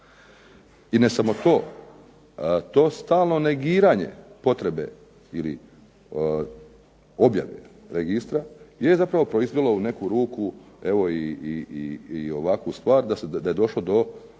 I ne samo to. To stalno negiranje potrebe ili objave registra je zapravo proizvelo u neku ruku i ovakvu stranu da je došlo do probijanja